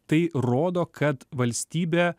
tai rodo kad valstybė